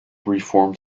reformed